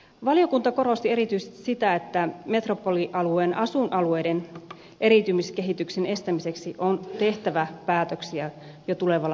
valiokunta korosti erityisesti sitä että metropolialueen asuinalueiden eriytymiskehityksen estämiseksi on tehtävä päätöksiä jo tulevalla hallituskaudella